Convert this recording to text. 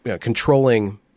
controlling